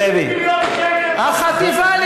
לאן בדיוק ילך הכסף הזה?